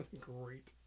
Great